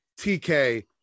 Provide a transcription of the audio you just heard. TK